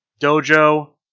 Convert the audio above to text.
Dojo